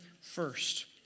first